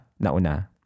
nauna